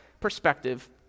perspective